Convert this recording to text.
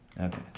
Okay